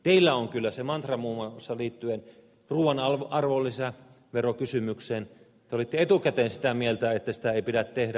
teillä on kyllä se mantra muun muassa liittyen ruoan arvonlisäverokysymykseen te olitte etukäteen sitä mieltä että sitä ei pidä tehdä